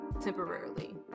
temporarily